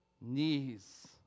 knees